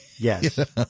Yes